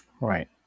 Right